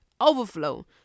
overflow